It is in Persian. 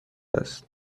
است